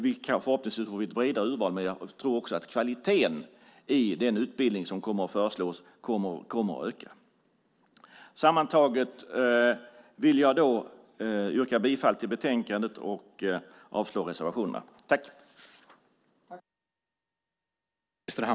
Vi kan förhoppningsvis få ett bredare urval, men jag tror också att kvaliteten i den utbildning som kommer att föreslås kommer att öka. Sammantaget vill jag yrka bifall till förslagen i betänkandet och avslag på reservationerna.